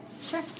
Sure